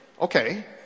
Okay